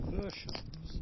versions